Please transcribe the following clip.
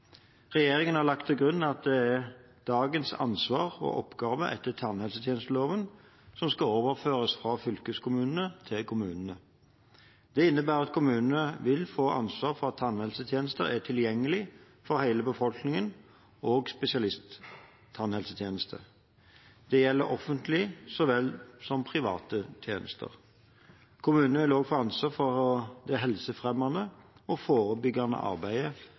Regjeringen har lagt til grunn at det er dagens ansvar og oppgaver etter tannhelsetjenesteloven som skal overføres fra fylkeskommunene til kommunene. Det innebærer at kommunene vil få ansvar for at tannhelsetjenester er tilgjengelige for hele befolkningen, også spesialisttannhelsetjenester. Det gjelder offentlige så vel som private tjenester. Kommunene vil også få ansvar for det helsefremmende og forebyggende arbeidet